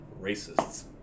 racists